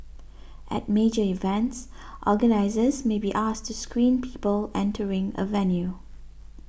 at major events organisers may be asked to screen people entering a venue